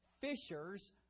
fishers